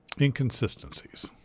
inconsistencies